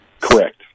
Correct